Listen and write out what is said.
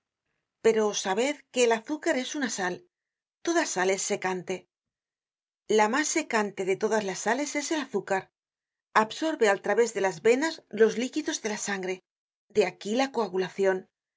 pero sabed que el azúcar es una sal toda sal es secante la mas secante de todas las sales es él azúcar absorbe al través de las venas los líquidos de la sangre de aquí la coagulacion